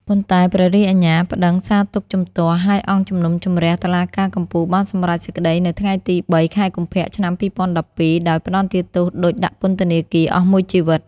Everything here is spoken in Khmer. ប៉ុន្តែព្រះរាជអាជ្ញាប្តឹងសាទុក្ខជំទាស់ ហើយអង្គជំនុំជម្រះតុលាការកំពូលបានសម្រេចសេចក្តីនៅថ្ងៃទី៣ ខែកុម្ភៈ ឆ្នាំ២០១២ ដោយផ្តន្ទាទោសឌុចដាក់ពន្ធនាគារអស់មួយជីវិត។